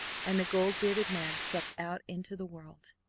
and the gold-bearded man stepped out into the world.